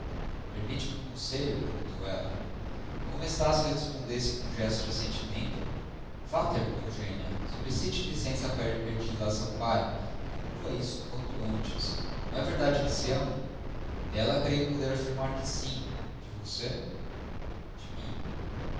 silenciosa permite me um conselho perguntou ela e como estácio respondesse com um gesto de assentimento vá ter com eugênia solicite licença para ir pedi-la a seu pai e conclua isso quanto antes não é verdade que se amam dela creio poder afirmar que sim de você de mim